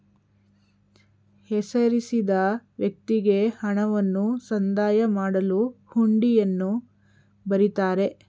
ಹೆಸರಿಸಿದ ವ್ಯಕ್ತಿಗೆ ಹಣವನ್ನು ಸಂದಾಯ ಮಾಡಲು ಹುಂಡಿಯನ್ನು ಬರಿತಾರೆ